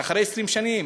שאחרי 20 שנים,